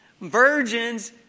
virgins